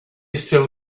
still